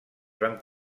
van